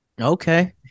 Okay